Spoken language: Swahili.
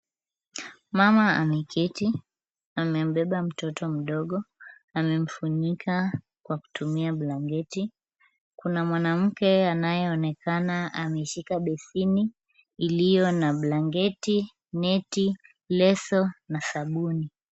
Mama ameketi na amembeba mtoto mdogo. Amemfunika kwa kutumia blanketi. Kuna mwanamke anayeonekana ameshika besheni iliyo na blanketi, neti, leso na sabuni.